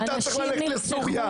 אתה צריך ללכת לסוריה.